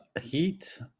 Heat